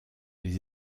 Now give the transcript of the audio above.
les